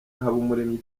habumuremyi